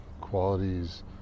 qualities